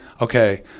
Okay